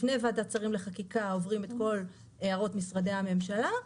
לפני ועדת שרים לחקיקה עוברים את כל הערות משרדי הממשלה,